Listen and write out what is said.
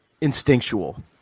instinctual